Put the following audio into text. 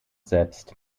selbst